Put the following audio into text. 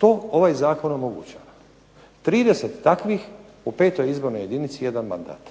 To ovaj zakon omogućava. 30 takvih u 5. izbornoj jedinici, jedan mandat,